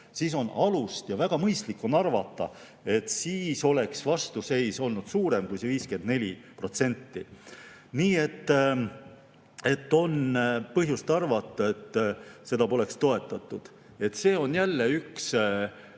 siis on alust ja väga mõistlik arvata, et vastuseis oleks olnud suurem kui 54%. Nii et on põhjust arvata, et seda poleks toetatud. See on jälle üks